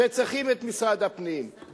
שצריכות את משרד הפנים,